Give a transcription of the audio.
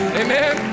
amen